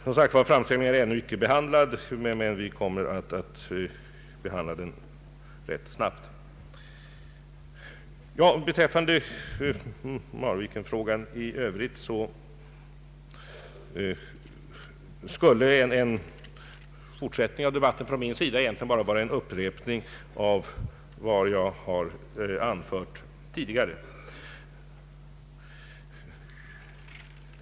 Ansökan är som sagt inte behandlad, men vi kommer att behandla den rätt snabbt. Beträffande Marvikenfrågan i övrigt skulle en fortsättning av debatten från min sida egentligen vara bara en upprepning av vad jag anfört tidigare.